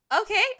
Okay